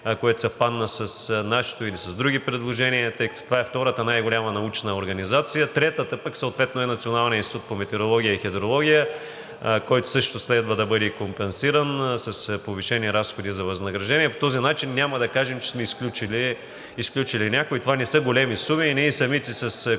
което съвпадна с нашето или с други предложения, тъй като това е втората най-голяма научна организация. Третата пък е съответно Националният институт по метеорология и хидрология, който също следва да бъде компенсиран с повишени разходи за възнаграждение. По този начин няма да кажем, че сме изключили някой. Това не са големи суми. И ние самите с колегите